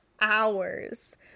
hours